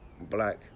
black